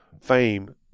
fame